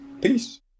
Peace